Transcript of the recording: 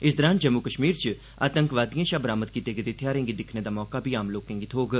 इस दौरान जम्मू कश्मीर च आतंकवादिएं शा बरामद कीते गेदे थेहारें गी दिक्खने दा मौका बी आम लोकें गी थ्होग